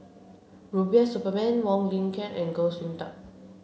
Rubiah Suparman Wong Lin Ken and Goh Sin Tub